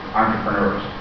entrepreneurs